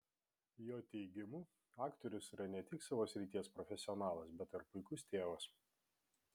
jo teigimu aktorius yra ne tik savo srities profesionalas bet ir puikus tėvas